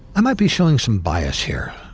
i might be showing some bias here,